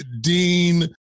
dean